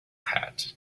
hat